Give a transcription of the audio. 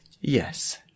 Yes